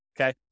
okay